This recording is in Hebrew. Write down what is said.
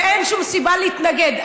ואין שום סיבה להתנגד.